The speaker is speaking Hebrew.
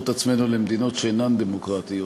את עצמנו למדינות שאינן דמוקרטיות,